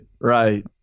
right